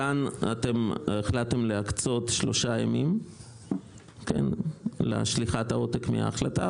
כאן אתם החלטתם להקצות שלושה ימים לשליחת עותק מההחלטה,